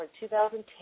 2010